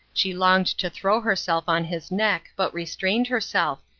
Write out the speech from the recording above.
she longed to throw herself on his neck, but restrained herself,